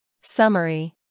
Summary